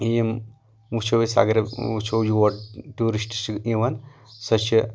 یِم وُچھو أسۍ اَگرٕے وُچھو یور ٹیوٗرِسٹ چھِ یِوان سۄ چھےٚ